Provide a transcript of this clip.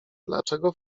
dlaczego